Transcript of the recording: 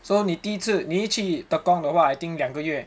so 你第一次你一去 Tekong 的话 I think 两个月